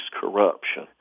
corruption